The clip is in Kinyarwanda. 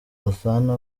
gasana